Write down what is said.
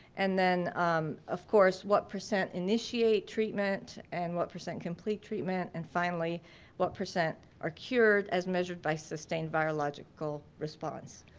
and then of course, what percent initiate treatment and what percent complete treatment, and finally what percent are cured as measured by sustained biological response?